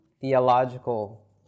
theological